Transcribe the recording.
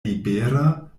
libera